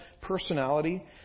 personality